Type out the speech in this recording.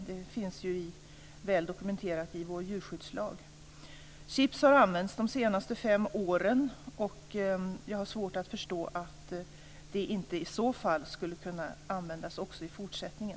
Det finns väl dokumenterat i vår djurskyddslag. Chips har använts de senaste fem åren. Jag har svårt att förstå att de inte skulle kunna användas i fortsättningen.